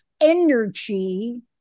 energy